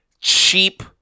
cheap